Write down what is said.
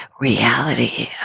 reality